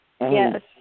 Yes